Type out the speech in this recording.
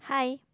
hi